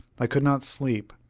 i could not sleep.